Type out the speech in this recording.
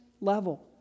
level